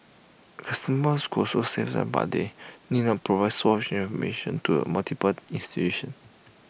customers could also save time as they need not provide the same information to multiple institutions